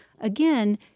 again